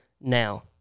now